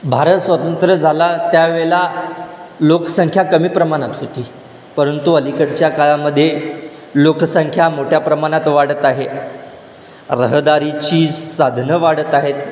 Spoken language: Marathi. भारत स्वतंत्र झाला त्या वेळेला लोकसंख्या कमी प्रमाणात होती परंतु अलीकडच्या काळामध्ये लोकसंख्या मोठ्या प्रमाणात वाढत आहे रहदारीची साधनं वाढत आहेत